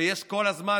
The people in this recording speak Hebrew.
ויש כל הזמן,